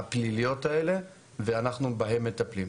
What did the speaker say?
הפליליות האלה ואנחנו בהם מטפלים.